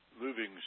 moving